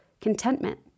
contentment